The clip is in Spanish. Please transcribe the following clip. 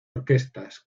orquestas